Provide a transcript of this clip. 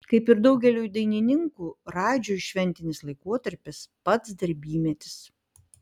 kaip ir daugeliui dainininkų radžiui šventinis laikotarpis pats darbymetis